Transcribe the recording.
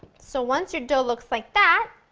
so once your dough looks like that,